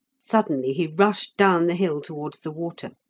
suddenly he rushed down the hill towards the water.